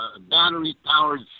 battery-powered